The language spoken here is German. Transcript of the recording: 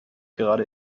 gerade